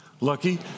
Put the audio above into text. lucky